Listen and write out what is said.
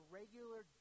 regular